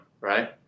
right